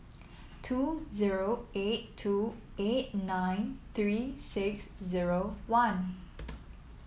two zero eight two eight nine three six zero one